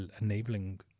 enabling